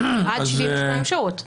עד 72 שעות.